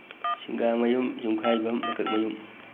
ꯁꯤꯡꯒꯥꯃꯌꯨꯝ ꯌꯨꯝꯈꯥꯏꯕꯝ ꯃꯀꯛꯃꯌꯨꯝ